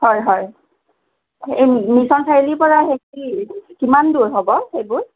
হয় হয় এই মিচন চাৰিআলি পৰা হেৰি কিমান দূৰ হ'ব এইবোৰ